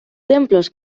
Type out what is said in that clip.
templos